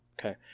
Okay